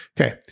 Okay